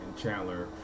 Chandler